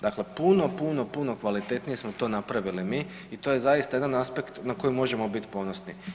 Dakle, puno, puno, puno kvalitetnije smo to napravili mi i to je zaista jedan aspekt na koji možemo bit ponosni.